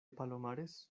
palomares